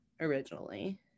originally